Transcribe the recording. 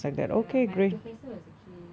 ya my professor was actually